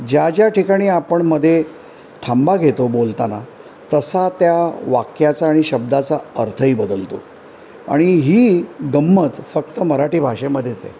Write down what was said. ज्या ज्या ठिकाणी आपण मध्ये थांबा घेतो बोलताना तसा त्या वाक्याचा आणि शब्दाचा अर्थही बदलतो आणि ही गम्मत फक्त मराठी भाषेमध्येच आहे